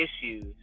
issues